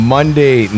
Monday